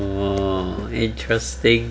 orh interesting